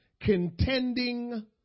contending